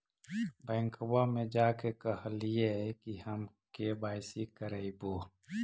बैंकवा मे जा के कहलिऐ कि हम के.वाई.सी करईवो?